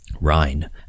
Rhine